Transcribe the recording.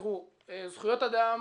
זכויות אדם